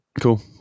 Cool